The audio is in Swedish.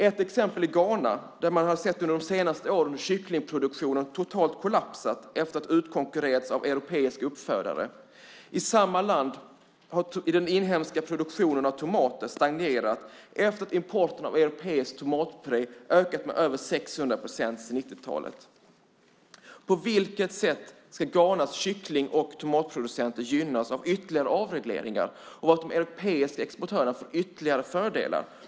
Ett exempel är Ghana där man under de senaste åren sett hur kycklingproduktionen totalt kollapsat efter att ha utkonkurrerats av europeiska uppfödare. I samma land har den inhemska tomatproduktionen stagnerat efter att importen av europeisk tomatpuré ökat med över 600 procent sedan 90-talet. På vilket sätt ska Ghanas kyckling och tomatproducenter gynnas av ytterligare avregleringar, av att de europeiska exportörerna får ytterligare fördelar?